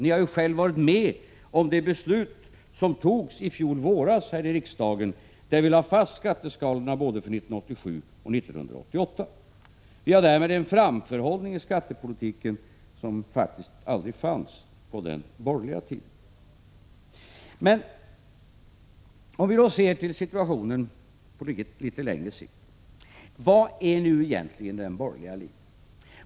I fjol vår var ni ju själv med om att här i riksdagen fatta beslut om skatteskalorna både för 1987 och 1988. Vi har därmed en framförhållning i skattepolitiken, något som aldrig fanns under den borgerliga regeringstiden. Låt oss se på situationen på litet längre sikt. Vilken är egentligen den borgerliga linjen?